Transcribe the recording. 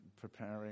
preparing